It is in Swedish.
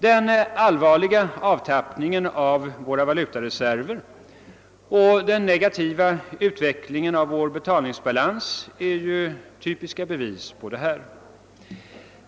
Den allvarliga avtappningen av våra valutareserver och den negativa utvecklingen av vår betalningsbalans är typiska bevis på detta.